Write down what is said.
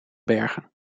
bergen